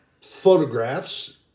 photographs